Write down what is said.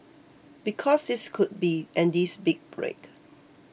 because this could be Andy's big break